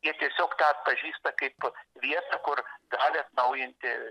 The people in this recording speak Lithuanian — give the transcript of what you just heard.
jie tiesiog tą atpažįsta kaip vietą kur gali atnaujinti